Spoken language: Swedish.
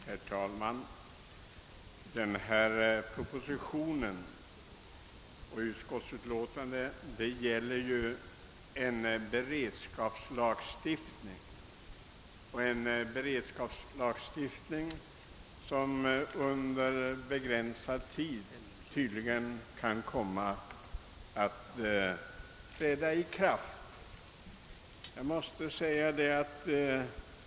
Herr talman! Propositionen och utskottsutlåtandet gäller en beredskapslagstiftning, som tydligen kan komma att vara i kraft under begränsad tid.